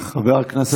חבר הכנסת לוין,